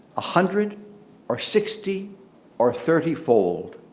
hundred or sixty or thirty fold.